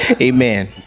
Amen